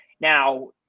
Now